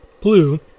blue